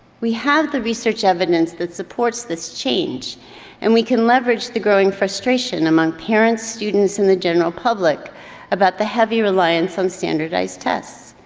we have the research evidence that supports this change and we can leverage the growing frustration among parents, students in the general public about the heavy reliance on standardized tests.